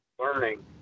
learning